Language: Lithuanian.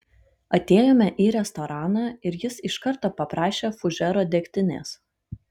atėjome į restoraną ir jis iš karto paprašė fužero degtinės